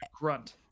grunt